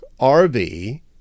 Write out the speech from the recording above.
RV